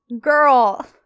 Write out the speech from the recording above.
girl